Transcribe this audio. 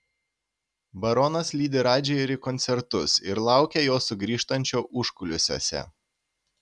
baronas lydi radži ir į koncertus ir laukia jo sugrįžtančio užkulisiuose